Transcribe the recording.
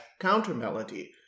countermelody